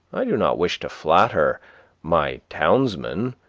i do not wish to flatter my townsmen,